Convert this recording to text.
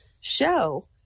show